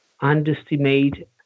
underestimate